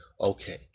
Okay